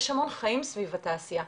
יש המון חיים סביב התעשיה.